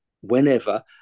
whenever